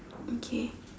okay